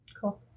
Cool